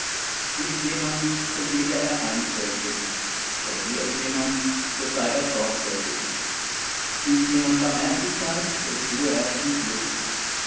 gibt jemand so gebe er einfältig regiert jemand so sei er sorgfältig übt jemand barmherzigkeit so tue er's mit lust